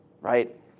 right